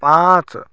पाँच